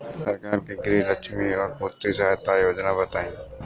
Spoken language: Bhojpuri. सरकार के गृहलक्ष्मी और पुत्री यहायता योजना बताईं?